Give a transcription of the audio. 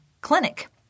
clinic